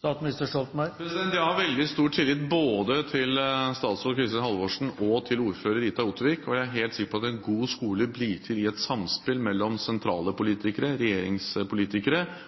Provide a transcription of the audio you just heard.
Jeg har veldig stor tillit både til statsråd Kristin Halvorsen og til ordfører Rita Ottervik, og jeg er helt sikker på at en god skole blir til i et samspill mellom sentrale politikere – regjeringspolitikere